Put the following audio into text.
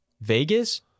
Vegas